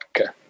okay